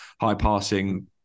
high-passing